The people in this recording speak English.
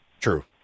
True